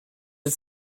had